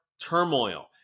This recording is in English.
turmoil